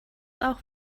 auch